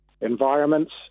environments